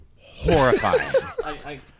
horrifying